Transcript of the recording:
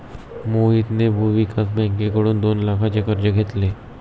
मोहितने भूविकास बँकेकडून दोन लाखांचे कर्ज घेतले